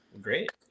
Great